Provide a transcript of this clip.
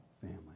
family